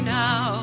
now